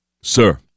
Sir